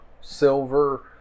silver